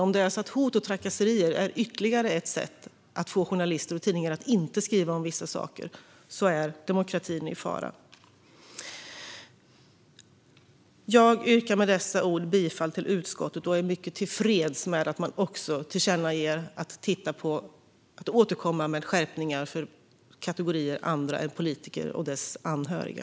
Om det är så att hot och trakasserier är ytterligare ett sätt att få journalister och tidningar att inte skriva om vissa saker är demokratin i fara. Jag yrkar med dessa ord bifall till utskottets förslag och är mycket tillfreds med att man också tillkännager att regeringen bör återkomma med skärpningar som gäller andra kategorier än politiker och deras anhöriga.